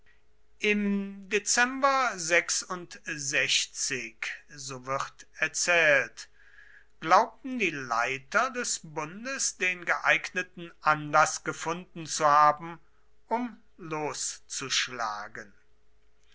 im dezember so wird erzählt glaubten die leiter des bundes den geeigneten anlaß gefunden zu haben um loszuschlagen